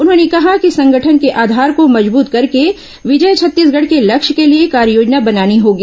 उन्होंने कहा कि संगठन के आधार को मजबत करके विजय छत्तीसगढ के लक्ष्य के ॅलिए कार्ययोजना बनानी होगी